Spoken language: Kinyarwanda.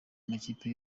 amakipe